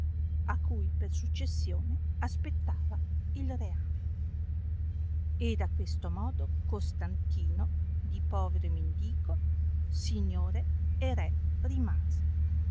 a cui per successione aspettava il reame ed a questo modo costantino di povero e mendico signore e re rimase